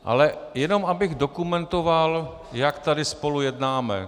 Ale jenom abych dokumentoval, jak tady spolu jednáme.